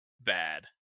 bad